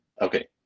Okay